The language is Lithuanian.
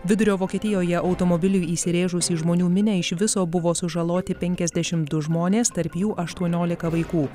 vidurio vokietijoje automobiliui įsirėžus į žmonių minią iš viso buvo sužaloti penkiasdešim du žmonės tarp jų aštuoniolika vaikų